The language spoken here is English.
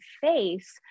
face